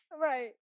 right